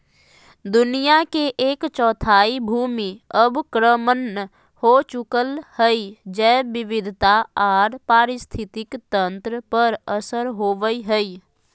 दुनिया के एक चौथाई भूमि अवक्रमण हो चुकल हई, जैव विविधता आर पारिस्थितिक तंत्र पर असर होवई हई